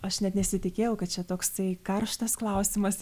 aš net nesitikėjau kad čia toksai karštas klausimas